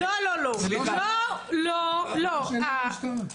שלא רק מכנסת ועדות במשכן,